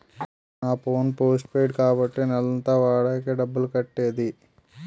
నా phone postpaid కాబట్టి నెలంతా వాడాకే డబ్బులు కట్టేది